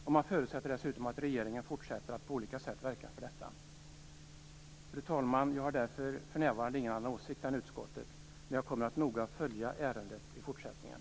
Man förutsätter dessutom att regeringen fortsätter att på olika sätt verka för detta. Fru talman! Jag har därför för närvarande ingen annan åsikt än utskottet, men jag kommer att noga följa ärendet i fortsättningen.